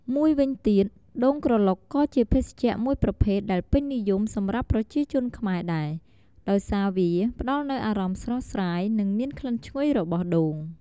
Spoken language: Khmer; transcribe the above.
មួយវិញទៀត ដូងក្រឡុកក៏ជាភេសជ្ជៈមួយប្រភេទដែលពេញនិយមសម្រាប់ប្រជាជនខ្មែរដែរ ដោយសារវាផ្តល់នូវអារម្មណ៍ស្រស់ស្រាយ និងមានក្លិនឈ្ងុយរបស់ដូង។